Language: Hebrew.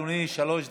אדוני, שלוש דקות.